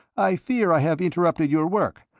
i fear i have interrupted your work,